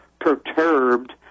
perturbed